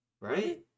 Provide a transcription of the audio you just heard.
Right